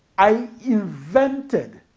i invented